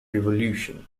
revolution